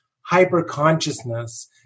hyper-consciousness